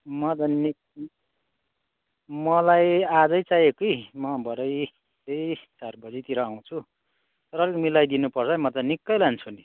म त मलाई आजै चाहियो कि म भरे त्यही चार बजीतिर आउँछु तर अलिक मिलाइदिनु पर्छ है म त अलिक निकै लान्छु नि